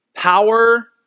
power